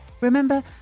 Remember